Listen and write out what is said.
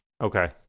okay